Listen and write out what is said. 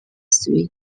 three